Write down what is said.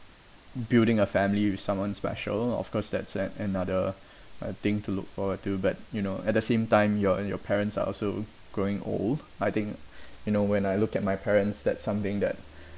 um building a family with someone special of course that's add another I think to look forward to but you know at the same time your and your parents are also growing old I think you know when I look at my parents that's something that